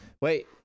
Wait